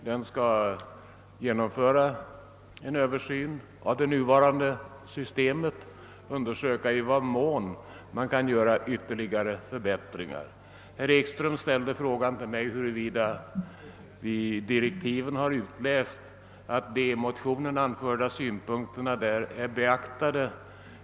Den skall göra en översyn av det nuvarande systemet och undersöka i vad mån ytterligare förbättringar kan åstadkommas. Herr Ekström frågade mig om man av direktiven kan utläsa att de i motionerna anförda synpunkterna är beaktade.